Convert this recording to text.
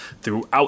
throughout